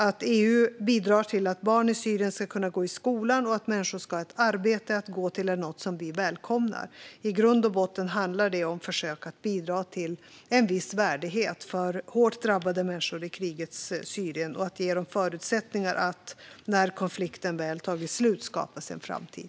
Att EU bidrar till att barn i Syrien ska kunna gå i skolan och att människor ska ha ett arbete att gå till är något som vi välkomnar. I grund och botten handlar det om att försöka bidra till en viss värdighet för hårt drabbade människor i krigets Syrien och att ge dem förutsättningar för att när konflikten väl har tagit slut skapa sig en framtid.